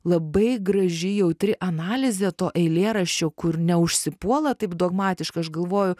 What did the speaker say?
labai graži jautri analizė to eilėraščio kur ne užsipuola taip dogmatiškai aš galvoju